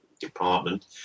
department